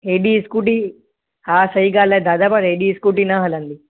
हेॾी स्कूटी हा सही ॻाल्हि आहे दादा पर हेॾी स्कूटी न हलंदी